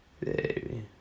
Baby